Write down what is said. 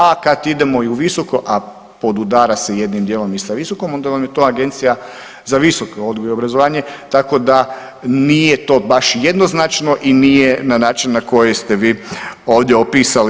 A kad idemo i u visoko, a podudara se jednim dijelom i sa visokom, onda vam je to Agencija za visoko odgoj i obrazovanje, tako da nije to baš jednoznačno i nije na način na koji ste vi ovdje opisali.